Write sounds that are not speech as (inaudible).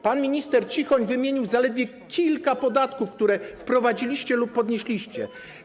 Pan minister Cichoń wymienił zaledwie kilka podatków, (noise) które wprowadziliście lub podnieśliście.